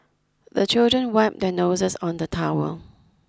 the children wipe their noses on the towel